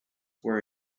where